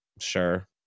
sure